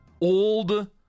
old